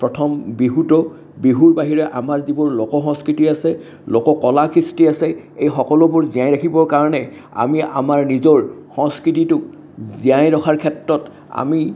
প্ৰথম বিহুটো বিহুৰ বাহিৰে আমাৰ যিবোৰ লোক সংস্কৃতি আছে লোককলা কৃষ্টি আছে এই সকলোবোৰ জীয়াই ৰাখিবৰ কাৰণে আমি আমাৰ নিজৰ সংস্কৃতিটোক জীয়াই ৰখাৰ ক্ষেত্ৰত আমি